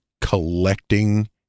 collecting